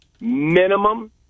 minimum